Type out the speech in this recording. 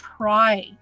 try